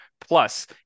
Plus